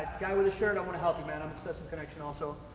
guy with the shirt, i wanna help you, man, i'm obsessed with connection also.